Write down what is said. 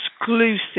exclusive